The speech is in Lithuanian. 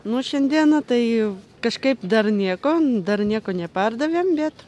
nors šiandieną tai kažkaip dar niekam dar nieko nepardavėme bet